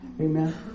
Amen